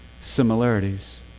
similarities